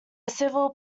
civil